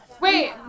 Wait